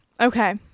okay